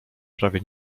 prawie